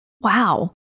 Wow